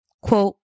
Quote